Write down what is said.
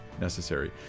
necessary